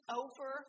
over